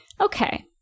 Okay